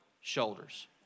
shoulders